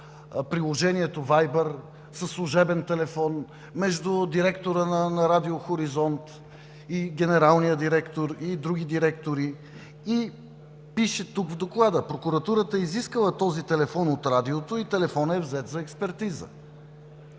приложението Viber, със служебен телефон, между директора на Радио „Хоризонт“ и генералния директор, и други директори, и пише тук, в Доклада, че прокуратурата е изискала този телефон от Радиото и телефонът е взет за експертиза.